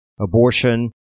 abortion